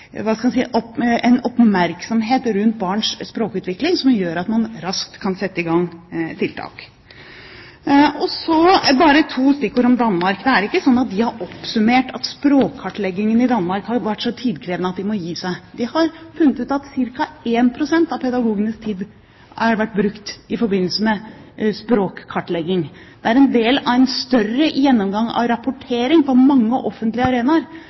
raskt kan sette i gang tiltak. Bare to stikkord om Danmark: Det er ikke slik at de har oppsummert med at språkkartleggingen i Danmark har vært så tidkrevende at de har måttet gi seg. De har funnet ut at ca. 1 pst. av pedagogenes tid har vært brukt i forbindelse med språkkartlegging. Det er en del av en større gjennomgang av rapportering på mange